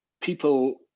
people